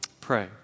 Pray